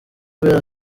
kubera